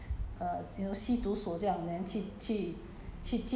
好像进去那种我觉得我现在好像变成进去那种